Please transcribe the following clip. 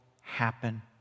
happen